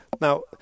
Now